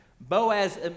Boaz